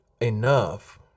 enough